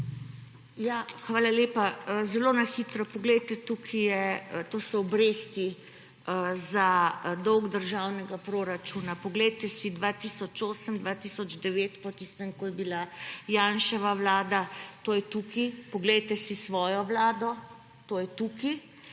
Ja, hvala lepa. Zelo na hitro. To so obresti za dolg državnega proračuna. Poglejte si 2008-2009 po tistem, ko je bila Janševa vlada to je tukaj. Poglejte si svojo vlado to je tukaj